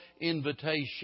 invitation